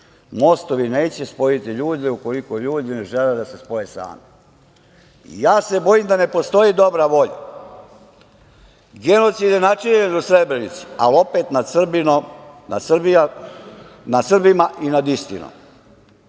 neće spojiti ljude ukoliko ljudi ne žele da se spoje sami. Bojim se da ne postoji dobra volja. Genocid je načinjen u Srebrenici, al opet nad Srbima i nad istinom.